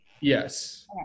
Yes